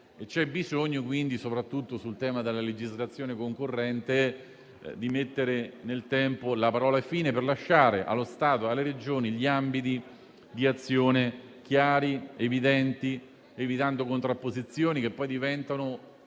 C'è bisogno, quindi, soprattutto sul tema della legislazione concorrente, di mettere nel tempo la parola "fine" per lasciare allo Stato e alle Regioni ambiti di azione chiari ed evidenti, evitando contrapposizioni che poi diventano